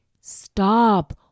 stop